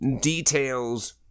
details